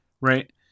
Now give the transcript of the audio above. Right